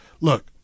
Look